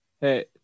hey